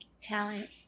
talent